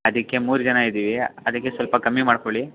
ಅದಕ್ಕೆ ಮೂರು ಜನ ಇದ್ದೀವಿ ಅದಕ್ಕೆ ಸ್ವಲ್ಪ ಕಮ್ಮಿ ಮಾಡಿಕೊಳ್ಳಿ